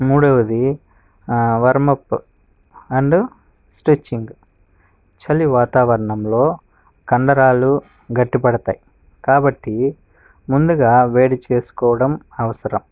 మూడవది warm up and stretching చలి వాతావరణంలో కండరాలు గట్టిపడతాయి కాబట్టి ముందుగా వేడి చేసుకోవడం అవసరం